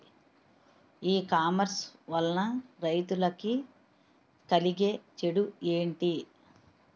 ఈ కామర్స్ వలన రైతులకి కలిగే చెడు ఎంటి?